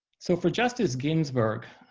so for justice ginsburg,